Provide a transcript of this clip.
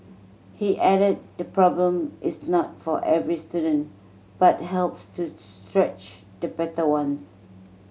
he added the problem is not for every student but helps to stretch the better ones